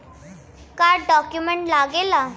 का डॉक्यूमेंट लागेला?